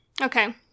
Okay